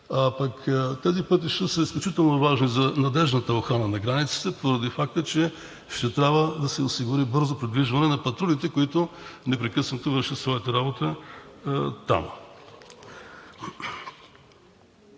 тези пътища са изключително важни за надеждната охрана на границата, поради факта че ще трябва да се осигури бързо придвижване на патрулите, които непрекъснато вършат своята работа там.